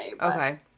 Okay